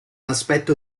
aspetto